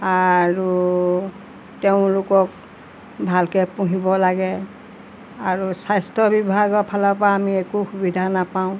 আৰু তেওঁলোকক ভালকৈ পুহিব লাগে আৰু স্বাস্থ্য বিভাগৰ ফালৰ পৰা আমি একো সুবিধা নাপাওঁ